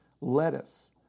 Lettuce